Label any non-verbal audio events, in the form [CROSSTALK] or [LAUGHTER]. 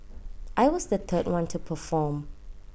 I was the [NOISE] third one to perform